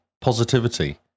positivity